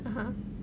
(uh huh)